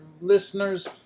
listeners